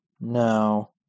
No